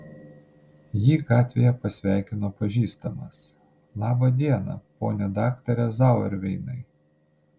jį gatvėje pasveikino pažįstamas labą dieną pone daktare zauerveinai